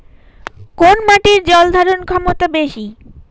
কোন মাটির জল ধারণ ক্ষমতা বেশি?